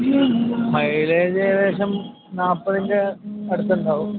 mileage ഏകദേശം നാൽപ്പതിൻ്റെ അടുത്ത് ഉണ്ടാവും